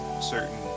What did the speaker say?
certain